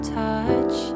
touch